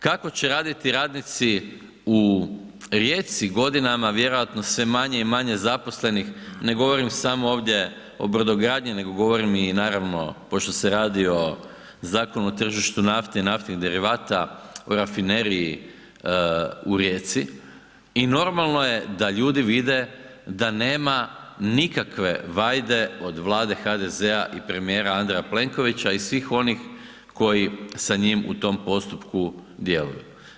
Kako će raditi radnici u Rijeci, godinama vjerojatno sve manje i manje zaposlenih, ne govorim samo ovdje samo o brodogradnji, nego govorim i naravno, pošto se radi o Zakonu o tržištu nafte i naftnih derivata u rafineriji u Rijeci i normalno je da ljudi vide da nema nikakve vajde od Vlade HDZ-a i premijera Andreja Plenkovića i svih onih koji sa njim u tom postupku djeluju.